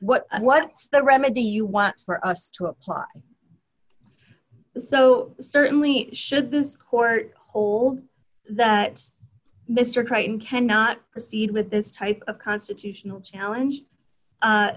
what what's the remedy you want for us to apply so certainly should this court hold that mr crighton cannot proceed with this type of constitutional challenge